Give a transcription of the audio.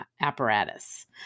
apparatus